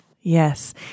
Yes